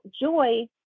joy